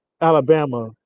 Alabama